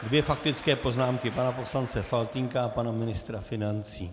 Dvě faktické poznámky, pana poslance Faltýnka a pana ministra financí.